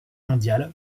mondiale